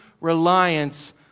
reliance